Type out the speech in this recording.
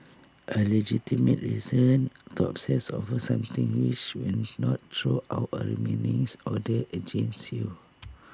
A legitimate reason to obsess over something which will not throw out A restraining order against you